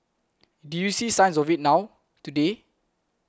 do you see signs of it now today